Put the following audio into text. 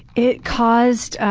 it caused